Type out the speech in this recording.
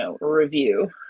review